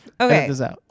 Okay